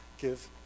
give